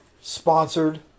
sponsored